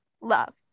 Love